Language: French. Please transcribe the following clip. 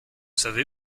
savez